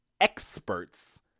experts